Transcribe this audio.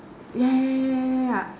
ya